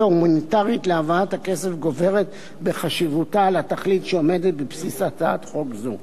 ההומניטרית להעברת הכסף גוברת בחשיבותה על התכלית שעומדת בבסיס הצעת חוק זו.